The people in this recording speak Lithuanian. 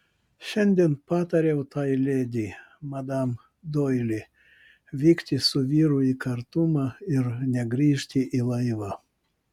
šiandien patariau tai ledi madam doili vykti su vyru į kartumą ir negrįžti į laivą